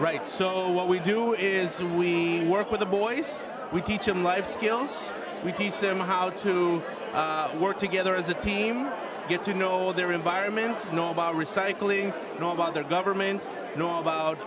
right so what we do is we work with the boys we teach them life skills we teach them how to work together as a team get to know their environment know about recycling know about their government know about